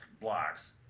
blocks